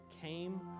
came